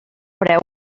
preu